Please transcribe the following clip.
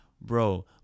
bro